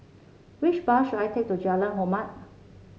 which bus should I take to Jalan Hormat